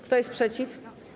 Kto jest przeciw?